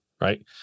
right